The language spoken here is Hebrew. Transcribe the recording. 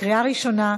בקריאה ראשונה,